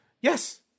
Yes